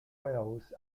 wells